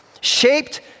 shaped